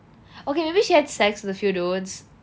okay maybe she had sex with a few dudes